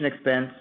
expense